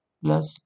plus